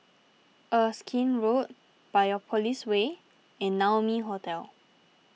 Erskine Road Biopolis Way and Naumi Hotel